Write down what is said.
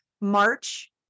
March